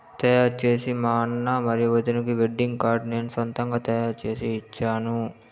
తయారు చేసి మా అన్న మరియు వదినకి వెడ్డింగ్ కార్డు నేను సొంతంగా తయారు చేసి ఇచ్చాను